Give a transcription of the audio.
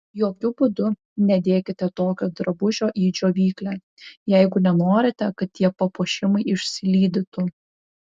jokiu būdu nedėkite tokio drabužio į džiovyklę jeigu nenorite kad tie papuošimai išsilydytų